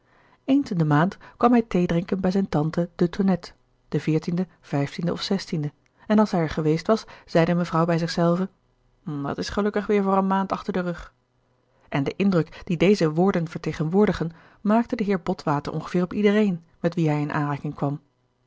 eens in de maand kwam hij thee drinken bij zijne tante de tonnette den den of den en als hij er geweest was zeide mevrouw bij zich zelve dat is gelukkig weer voor een maand achter den rug en den indruk dien deze woorden vertegenwoordigen maakte de heer botwater ongeveer op iedereen met wien hij in aanraking kwam